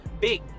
big